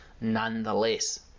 nonetheless